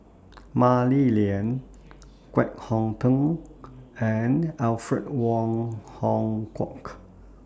Mah Li Lian Kwek Hong Png and Alfred Wong Hong Kwok